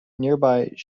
nearby